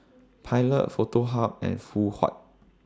Pilot A Foto Hub and Phoon Huat